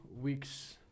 weeks